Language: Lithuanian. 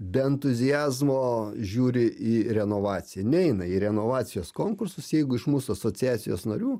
be entuziazmo žiūri į renovaciją neina į renovacijos konkursus jeigu iš mūsų asociacijos narių